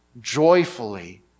joyfully